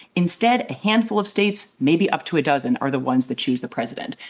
instead, a handful of states, maybe up to a dozen, are the ones that choose the president.